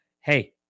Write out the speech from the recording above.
Hey